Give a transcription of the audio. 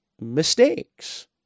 mistakes